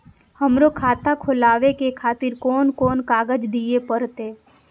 हमरो खाता खोलाबे के खातिर कोन कोन कागज दीये परतें?